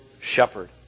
shepherd